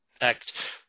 act